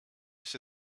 się